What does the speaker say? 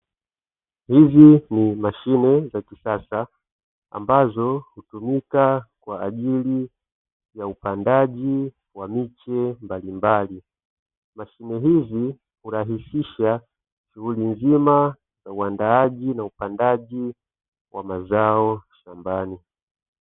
Hizi ni mashine za kisasa ambazo hutumika kwa ajili ya upandaji wa miche mbalimbali. Mashine hizi hurahisisha shughuli nzima ya uandaaji na upandaji wa mazao shambani.